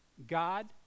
God